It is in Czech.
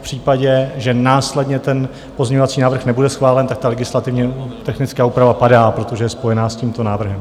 V případě, že následně ten pozměňovací návrh nebude schválen, tak ta legislativně technická úprava padá, protože je spojená s tímto návrhem.